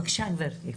בקשה גבירתי,